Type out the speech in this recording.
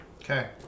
Okay